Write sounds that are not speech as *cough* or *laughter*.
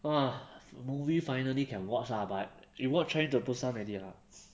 !wah! movie finally can watch ah but people trying to pull stunt already ah *noise*